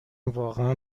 واقعا